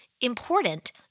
important